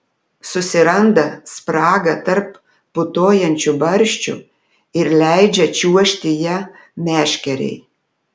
susiranda spragą tarp putojančių barščių ir leidžia čiuožti ja meškerei